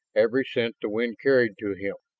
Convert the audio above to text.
every scent the wind carried to him.